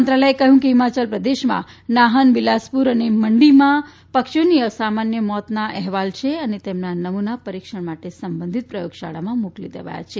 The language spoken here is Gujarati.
મંત્રાલયે કહ્યું છે કે હિમાચલ પ્રદેશમાં નાહન બિલાસપુર અને મંડીમાં પક્ષીઓની અસામાન્ય મોતના અહેવાલ મળ્યા છે અને તેમના નમુના પરીક્ષણ માટે સંબંધિત પ્રયોગશાળાઓમાં મોકલી દેવાયા છે